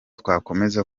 twakomeza